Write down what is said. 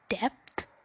depth